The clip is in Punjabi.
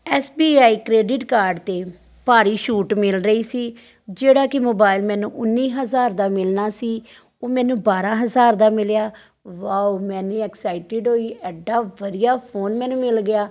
S B I credit card 'ਤੇ ਭਾਰੀ ਛੂਟ ਮਿਲ ਰਹੀ ਸੀ ਜਿਹੜਾ ਕਿ ਮੋਬਾਇਲ ਮੈਨੂੰ ਉੱਨੀ ਹਜ਼ਾਰ ਦਾ ਮਿਲਣਾ ਸੀ ਉਹ ਮੈਨੂੰ ਬਾਰਾਂ ਹਜ਼ਾਰ ਦਾ ਮਿਲਿਆ ਵਾਓ ਮੈਂ ਇੰਨੀ ਐਕਸਾਈਟਿਡ ਹੋਈ ਐਡਾ ਵਧੀਆ ਫ਼ੋਨ ਮੈਨੂੰ ਮਿਲ ਗਿਆ